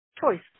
choice